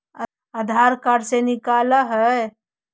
आधार card से निकाल हिऐ?